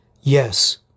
Yes